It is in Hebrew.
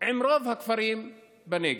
עם רוב הכפרים בנגב.